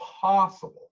possible